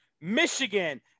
Michigan